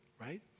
right